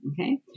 Okay